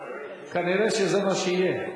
כנראה זה מה שיהיה.